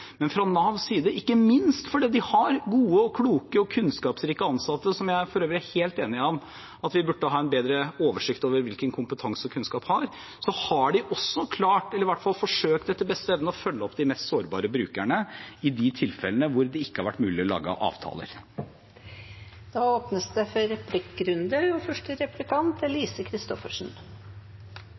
Men fra Navs side – ikke minst fordi de har gode, kloke og kunnskapsrike ansatte, som jeg for øvrig er helt enig i at vi burde ha en bedre oversikt over hvilken kompetanse og kunnskap de har – har de også klart, eller i hvert fall forsøkt etter beste evne, å følge opp de mest sårbare brukerne i de tilfellene hvor det ikke har vært mulig å lage avtaler. Det blir replikkordskifte. Statsråden nevnte at satsing på ungdom har fungert positivt. Ja, det er